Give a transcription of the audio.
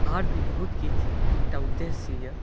आर भी बहुत किछु एकटा उद्देश्य यऽ